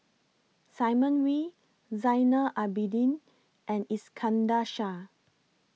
Simon Wee Zainal Abidin and Iskandar Shah